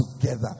together